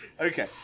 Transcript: Okay